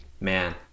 Man